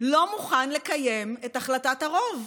לא מוכן לקיים את החלטת הרוב,